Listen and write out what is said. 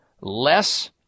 less